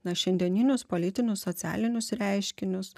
na šiandieninius politinius socialinius reiškinius